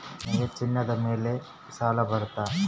ನನಗೆ ಚಿನ್ನದ ಮೇಲೆ ಸಾಲ ಬರುತ್ತಾ?